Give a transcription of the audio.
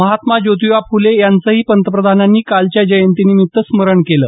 महात्मा ज्योतिबा फुले यांचंही पंतप्रधानांनी कालच्या जयंतीनिमित्तानं स्मरण केलं